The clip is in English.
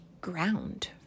ground